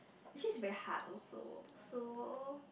actually is very hard also so